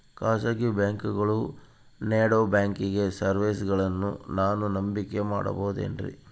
ಖಾಸಗಿ ಬ್ಯಾಂಕುಗಳು ನೇಡೋ ಬ್ಯಾಂಕಿಗ್ ಸರ್ವೇಸಗಳನ್ನು ನಾನು ನಂಬಿಕೆ ಮಾಡಬಹುದೇನ್ರಿ?